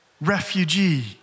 refugee